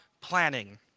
planning